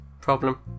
problem